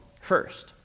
First